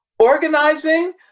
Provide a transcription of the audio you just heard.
organizing